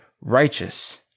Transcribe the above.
righteous